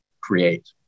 create